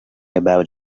about